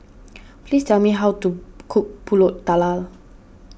please tell me how to cook Pulut Tatal